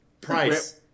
Price